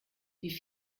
die